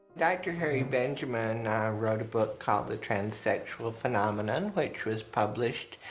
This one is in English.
dr. harry benjamin wrote a book called the transsexual phenomenon, which was published